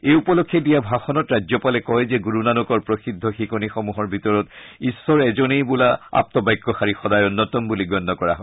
এই উপলক্ষে দিয়া ভাষণত ৰাজ্যপালে কয় যে গুৰুনানকৰ প্ৰসিদ্ধ শিকনিসমূহৰ ভিতৰত ঈশ্বৰ এজনেই বোলা আগুবাক্যশাৰী সদায় অন্যতম বুলি গণ্য কৰা হয়